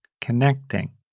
connecting